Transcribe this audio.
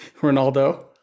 Ronaldo